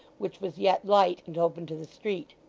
which was yet light and open to the street.